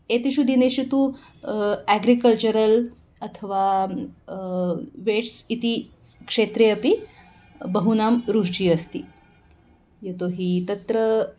एतेषु दिनेषु तु एग्रिकल्चरल् अथवा वेट्स् इति क्षेत्रे अपि बहूनां रुचिः अस्ति यतोहि तत्र